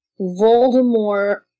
Voldemort